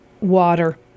water